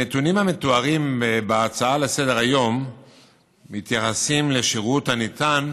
הנתונים המתוארים בהצעה לסדר-היום מתייחסים לשירות הניתן